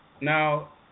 Now